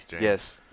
Yes